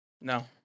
no